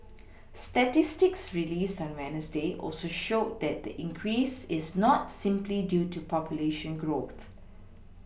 statistics released on wednesday also showed that the increase is not simply due to population growth